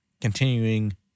continuing